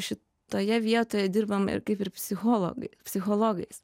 šitoje vietoje dirbam ir kaip ir psichologai psichologais